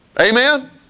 Amen